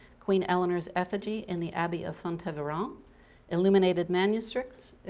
queen eleanor effigy in the abbey of fontevraud, um illuminated manuscripts,